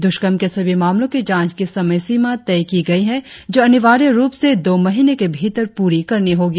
दुष्कर्म के सभी मामलों की जांच की समय सीमा तय की गई है जो अनिवार्य रुप से दो महीने के भीतर पूरी करनी होगी